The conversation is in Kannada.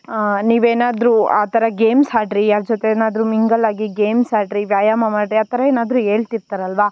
ನೀವೇನಾದರೂ ಆ ಥರ ಗೇಮ್ಸ್ ಆಡ್ರಿ ಯಾರ ಜೊತೆಯಾದ್ರು ಮಿಂಗಲ್ ಆಗಿ ಗೇಮ್ಸ್ ಆಡಿರಿ ವ್ಯಾಯಾಮ ಮಾಡಿರಿ ಆ ಥರ ಏನಾದರೂ ಹೇಳ್ತಿರ್ತಾರಲ್ವ